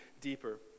deeper